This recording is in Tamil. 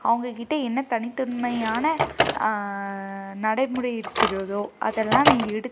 அவங்கக்கிட்ட என்ன தனித்தன்மையான நடைமுறை இருக்கிறதோ அதெல்லாம் நான் எடுத்